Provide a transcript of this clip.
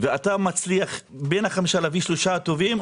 ואתה מצליח בין החמישה להביא שלושה טובים,